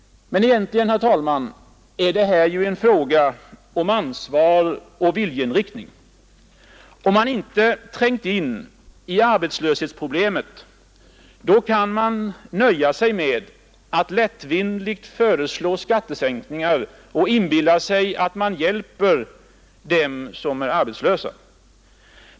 Men egentligen, herr talman, är detta en fråga om ansvar och viljeinriktning. Om man inte har trängt in i arbetslöshetsproblemet kan man nöja sig med att lättvindigt föreslå skattesänkningar och inbilla sig att man hjälper dem som är arbetslösa.